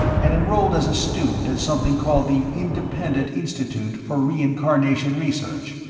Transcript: and enrolled as a student at something called the independent institute for reincarnation research,